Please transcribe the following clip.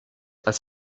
als